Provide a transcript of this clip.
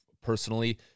personally